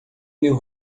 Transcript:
meu